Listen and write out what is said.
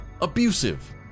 abusive